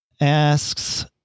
asks